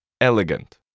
elegant